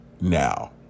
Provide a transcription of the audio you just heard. now